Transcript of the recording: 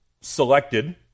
selected